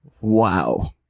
Wow